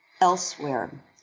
elsewhere